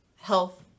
health